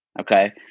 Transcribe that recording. Okay